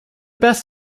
best